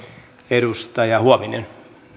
edustaja huovinen